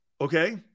Okay